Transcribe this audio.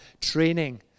training